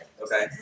Okay